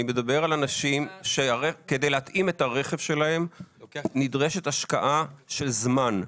אני מדבר על אנשים שכדי להתאים את הרכב שלהם נדרשת השקעה של זמן.